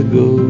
go